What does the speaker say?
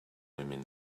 women